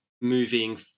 moving